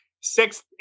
six